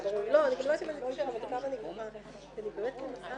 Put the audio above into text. אנחנו נפתח את הדיון של הוועדה המיוחדת ליישום הנגשת המידע הממשלתי